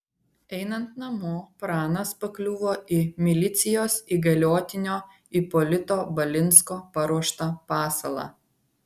einant namo pranas pakliuvo į milicijos įgaliotinio ipolito balinsko paruoštą pasalą